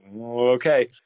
Okay